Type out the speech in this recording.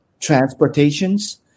transportations